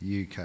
UK